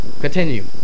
continue